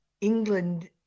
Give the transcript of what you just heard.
England